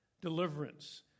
deliverance